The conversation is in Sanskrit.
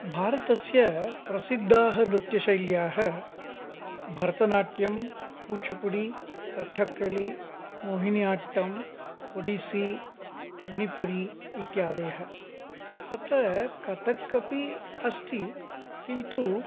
भारतस्य प्रसिद्धाः नृत्यशैल्याः भरतनाट्यं कूचुपुडि कथक्कळि मोहिनि अट्टम् ओडिस्सि मणिपुरि इत्यादयः तत्र कथक् अपि अस्ति किन्तु